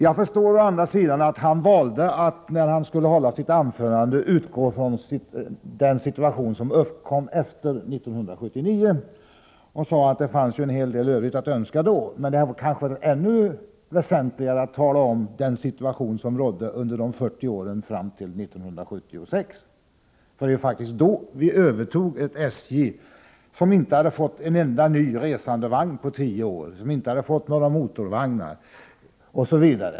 Jag förstår emellertid att han i sitt anförande utgick från den situation som uppkom efter 1979. Han sade att det fanns en hel del i övrigt att önska då. Det hade kanske varit mer väsentligt att tala om den situation som rådde under de 40 åren fram till 1976. Då övertog vi ett SJ som inte hade fått en enda ny resandevagn på 10 år och som inte hade fått några motorvagnar.